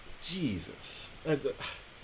Jesus